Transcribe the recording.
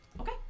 Okay